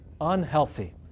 unhealthy